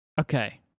okay